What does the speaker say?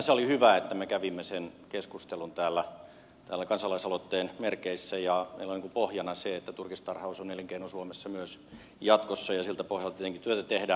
sinänsä oli hyvä että me kävimme sen keskustelun täällä kansalaisaloitteen merkeissä ja meillä on niin kuin pohjana se että turkistarhaus on elinkeino suomessa myös jatkossa ja siltä pohjalta tietenkin työtä tehdään